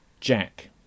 Jack